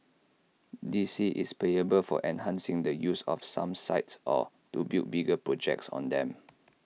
D C is payable for enhancing the use of some sites or to build bigger projects on them